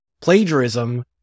plagiarism